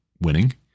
winning